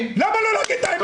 למה לא להגיד את האמת?